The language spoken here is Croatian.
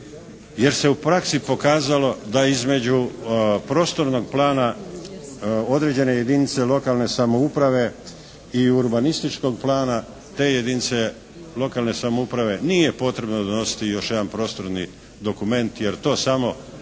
jer se u praksi pokazalo da između prostornog plana određene jedinice lokalne samouprave i urbanističkog plana te jedinice lokalne samouprave nije potrebno donositi još jedan prostorni dokument jer to samo